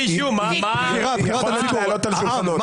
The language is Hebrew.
העם.